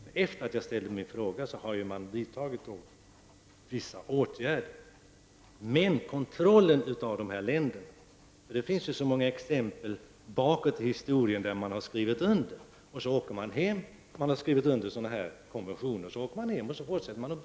Efter det att jag ställde min fråga har man vidtagit vissa åtgärder, men vi måste kontrollera dessa länder. Det finns så många exempel i historien, där man har skrivit under konventioner men sedan åkt hem och fortsatt att bryta mot bestämmelserna.